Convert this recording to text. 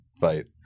fight